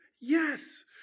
yes